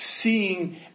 seeing